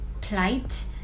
plight